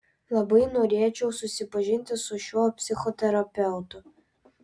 labai norėčiau susipažinti su šiuo psichoterapeutu